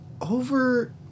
over